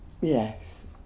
Yes